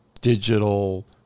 digital